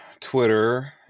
Twitter